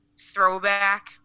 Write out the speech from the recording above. throwback